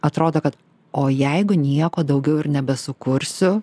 atrodo kad o jeigu nieko daugiau ir nebesukursiu